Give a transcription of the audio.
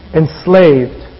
enslaved